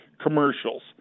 commercials